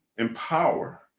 empower